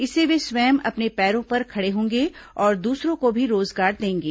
इससे वे स्वयं अपने पैरों पर खड़े होंगे और दूसरों को भी रोजगार देंगे